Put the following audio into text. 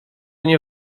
nie